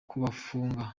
kubafunga